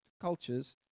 cultures